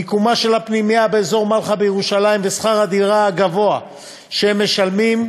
מיקומה של הפנימייה באזור מלחה בירושלים ושכר הדירה הגבוה שהם משלמים,